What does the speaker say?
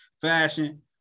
fashion